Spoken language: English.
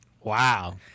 wow